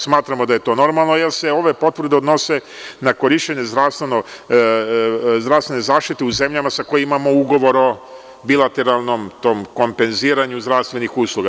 Smatramo da je to normalno, jer se ove potvrde odnose na korišćenje zdravstvene zaštite u zemljama sa kojima imamo ugovor o bilateralnom kompenziranju zdravstvenih usluga.